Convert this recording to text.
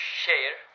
share